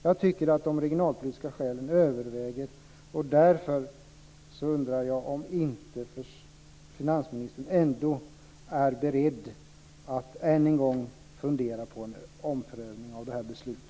Jag tycker att de regionalpolitiska skälen överväger. Är finansministern ändå inte beredd att än en gång fundera på en omprövning av beslutet?